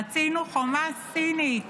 רצינו חומה סינית